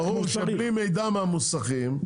אני אומר, ברור שמקבלים מידע מהמוסכים,